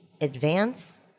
advance